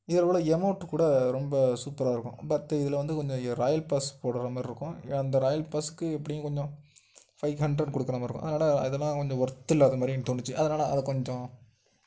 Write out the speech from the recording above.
இதில் உள்ள எமோட்டு கூட ரொம்ப சூப்பராக இருக்கும் பட்டு இதில் வந்து கொஞ்சம் எ ராயல் பாஸ் போடுற மாதிரி இருக்கும் அந்த ராயல் பாஸ்க்கு எப்படியும் கொஞ்சம் ஃபை ஹண்ட்ரட் கொடுக்குற மாதிரி இருக்கும் அதனால் அதெலாம் கொஞ்சம் ஒர்த்து இல்லாத மாதிரி எனக்கு தோணுச்சு அதனால் அதை கொஞ்சம்